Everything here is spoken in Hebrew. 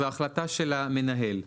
זו החלטה של המנהל.